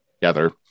together